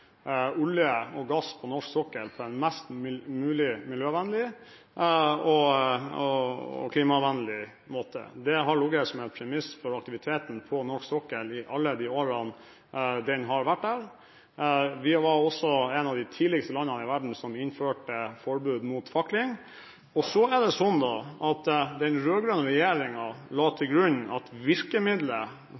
olje og gass på norsk sokkel på en mest mulig miljøvennlig og klimavennlig måte. Det har ligget som en premiss for aktiviteten på norsk sokkel i alle de årene den har vært der. Vi var også et av de landene i verden som tidligst innførte forbud mot fakling. Den rød-grønne regjeringen la til grunn at